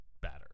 better